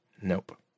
Nope